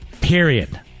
Period